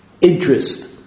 interest